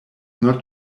not